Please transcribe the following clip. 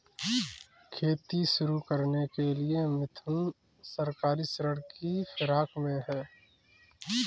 खेती शुरू करने के लिए मिथुन सहकारी ऋण की फिराक में है